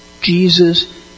Jesus